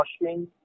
washing